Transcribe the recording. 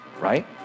right